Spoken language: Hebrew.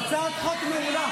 -- להשתלט על טול כרם,